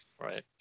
Right